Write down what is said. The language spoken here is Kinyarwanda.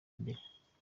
imbere